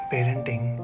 Parenting